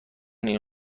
این